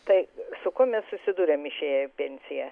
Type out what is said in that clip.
tai su kuo mes susiduriam išėję į pensiją